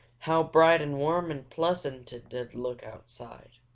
how bright and warm and pleasant it did look outside!